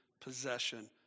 possession